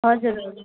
हजुर हजुर